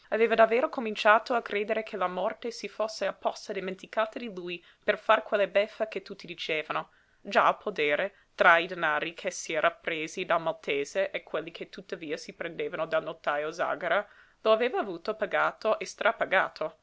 aveva davvero cominciato a credere che la morte si fosse apposta dimenticata di lui per far quella beffa che tutti dicevano già il podere tra i denari che s'era presi dal maltese e quelli che tuttavia si prendeva dal notajo zàgara lo aveva avuto pagato e strapagato la